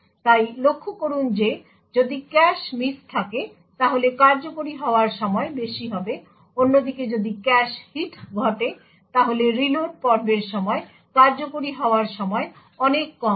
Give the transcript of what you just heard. তাই লক্ষ্য করুন যে যদি ক্যাশ মিস থাকে তাহলে কার্যকরী হওয়ার সময় বেশি হবে অন্যদিকে যদি ক্যাশ হিট ঘটে তাহলে রিলোড পর্বের সময় কার্যকরী হওয়ার সময় অনেক কম হবে